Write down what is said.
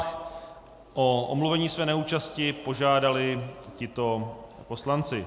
O omluvení své neúčasti požádali tito poslanci.